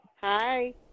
Hi